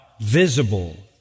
visible